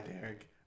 Derek